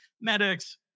medics